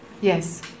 Yes